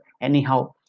anyhow